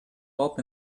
top